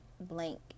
blank